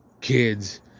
kids